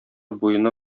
буена